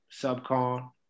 Subcon